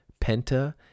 Penta